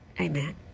Amen